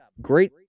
great